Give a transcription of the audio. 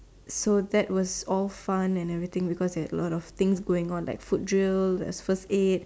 so that was all fun and everything because it had a lot of things going on there's foot drill there's first aid